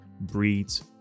breeds